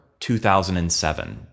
2007